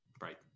Right